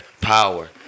Power